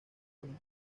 buenos